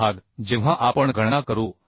त्यामुळे अशा प्रकारे आपण गणना करू शकतो